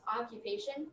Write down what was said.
occupation